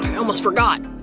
almost forgot!